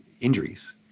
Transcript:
injuries